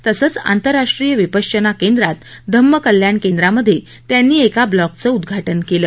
तसंच आंतरराष्ट्रीय विपश्यना केंद्रात धम्म कल्याण केंद्रामध्ये त्यांनी एका ब्लॉकचं उद्घाटन केलं